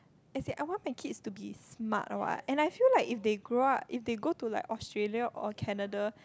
as in I want my kids to be smart what and I feel like if the grow up if they go to like Australia or Canada